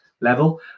level